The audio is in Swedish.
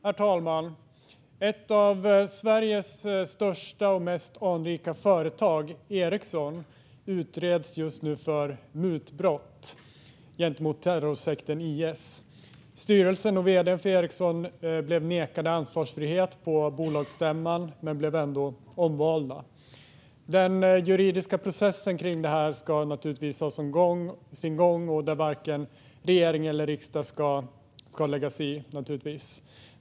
Herr talman! Ett av Sveriges största och mest anrika företag, Ericsson, utreds just nu för mutbrott gentemot terrorsekten IS. Styrelsen och vd:n för Ericsson blev nekade ansvarsfrihet på bolagsstämman men blev ändå omvalda. Den juridiska processen kring detta ska naturligtvis ha sin gång, och varken regering eller riksdag ska naturligtvis lägga sig i den.